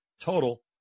total